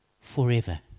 forever